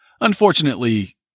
Unfortunately